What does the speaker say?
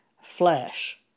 flesh